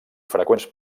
freqüents